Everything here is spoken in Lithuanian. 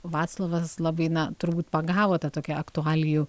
vaclovas labai na turbūt pagavo tą tokią aktualijų